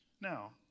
Now